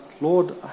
Lord